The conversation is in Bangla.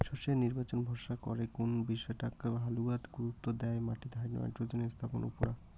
শস্যর নির্বাচন ভরসা করে কুন বিষয়টাক হালুয়া গুরুত্ব দ্যায় মাটিত নাইট্রোজেন স্থাপন উপুরা